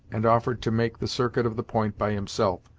and offered to make the circuit of the point by himself,